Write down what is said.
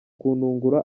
kuntungura